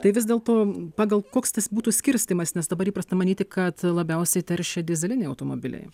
tai vis dėlto pagal koks tas būtų skirstymas nes dabar įprasta manyti kad labiausiai teršia dyzeliniai automobiliai